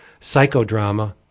psychodrama